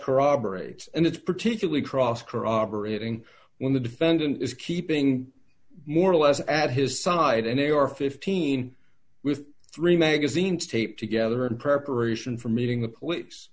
corroborates and it's particularly cross corroborating when the defendant is keeping more or less add his side and they are fifteen with three magazines taped together in preparation for meeting the police